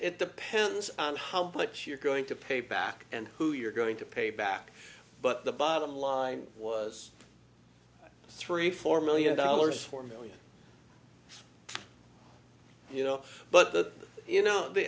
it depends on how but you're going to pay back and who you're going to pay back but the bottom line was three four million dollars four million you know but the you know the